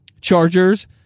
Chargers